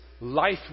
life